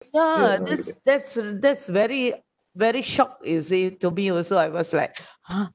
ya that's that's that's very very shocked you see to me it was also I was like !huh!